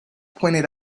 pointed